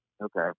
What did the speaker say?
Okay